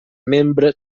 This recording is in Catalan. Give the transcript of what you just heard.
membres